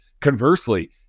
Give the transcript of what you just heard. Conversely